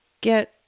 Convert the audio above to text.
get